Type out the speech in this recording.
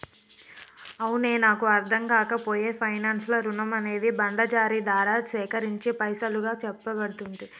అవునే నాకు అర్ధంకాక పాయె పైనాన్స్ లో రుణం అనేది బాండ్ల జారీ దారా సేకరించిన పైసలుగా సెప్పబడుతుందా